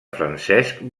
francesc